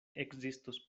ekzistos